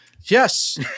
Yes